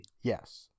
Yes